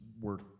worth